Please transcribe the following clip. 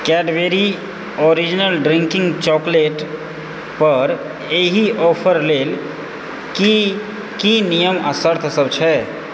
Cadbury original drinking chocolate पर एहि offer लेल की की नियम आ शर्तसभ छै